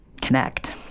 connect